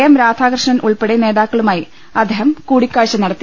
M Radhakrishnan ഉൾപ്പെടെ നേതാക്കളുമായി അദ്ദേഹം കൂടി ക്കാഴ്ച നടത്തി